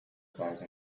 size